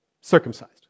circumcised